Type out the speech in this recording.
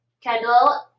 Kendall-